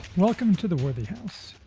welcome to the worthy house,